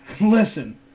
Listen